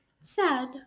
Sad